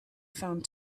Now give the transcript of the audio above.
found